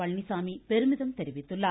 பழனிசாமி பெருமிதம் தெரிவித்துள்ளார்